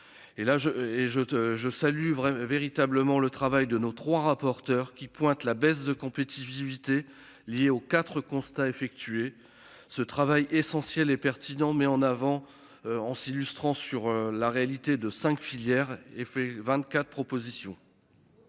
je salue vraiment véritablement le travail de nos 3 rapporteurs qui pointent la baisse de compétitivité liée aux 4 constat effectué ce travail essentiel et pertinent met en avant en s'illustrant sur la réalité de cinq filières et fait 24 propositions.